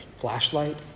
flashlight